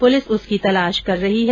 police उसकी तलाश कर रही है